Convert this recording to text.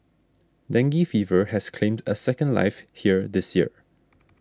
dengue fever has claimed a second life here this year